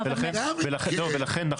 ולכן,